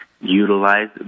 utilize